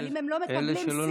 אבל אם הם לא מקבלים סבסוד,